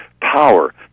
power